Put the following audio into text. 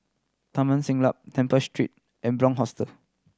Taman Siglap Temple Street and Bunc Hostel